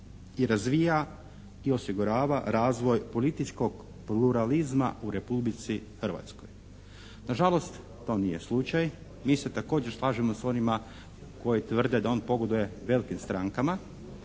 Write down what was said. i razvija i osigurava razvoj političkog pluralizma u Republici Hrvatskoj. Nažalost, to nije slučaj. Mi se također slažemo s onima koji tvrde da on pogoduje velikim strankama